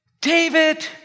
David